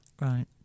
Right